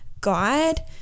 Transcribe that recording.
guide